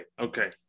okay